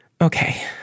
Okay